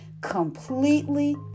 completely